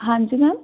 ਹਾਂਜੀ ਮੈਮ